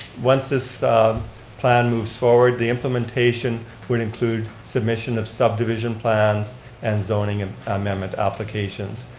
once this plan moves forward, the implementation would include submission of subdivision plans and zoning and amendment applications,